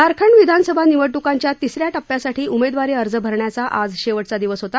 झारखंड विधानसभा निवडणुकांच्या तिस या टप्प्यासाठी उमेदवारी अर्ज भरण्याचा आज शेवटचा दिवस होता